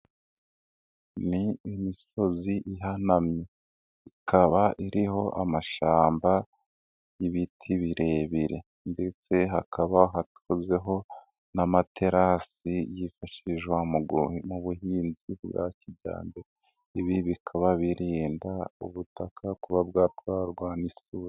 Ni imisozi ihanamye ikaba iriho amashamba y'ibiti birebire ndetse hakaba hakozweho n'amaterasi yifashishwa mu buhinzi bwa kijyambere, ibi bikaba birinda ubutaka kuba bwatwarwa n'isuri.